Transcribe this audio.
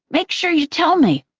make sure you tell me,